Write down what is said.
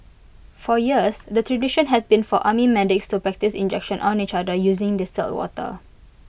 for years the tradition had been for army medics to practise injections on each other using distilled water